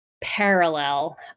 parallel